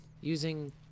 using